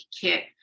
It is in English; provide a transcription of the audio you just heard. Kit